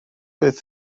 beth